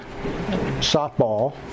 softball